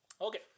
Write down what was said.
Okay